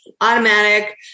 automatic